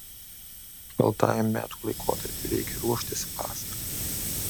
šaltajam metų laikotarpiui reikia ruoštis vasarą